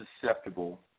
susceptible